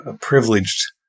privileged